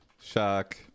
shock